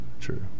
True